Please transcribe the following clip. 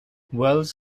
wells